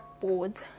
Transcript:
boards